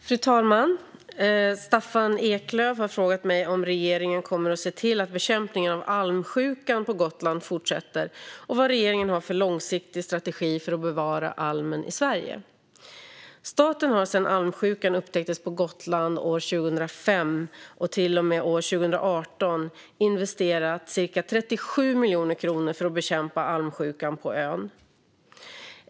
Fru talman! Staffan Eklöf har frågat mig om regeringen kommer att se till att bekämpningen av almsjukan på Gotland fortsätter och vad regeringen har för långsiktig strategi för att bevara almen i Sverige. Staten har sedan almsjukan upptäcktes på Gotland år 2005 och till och med år 2018 investerat ca 37 miljoner kronor för att bekämpa almsjukan på ön.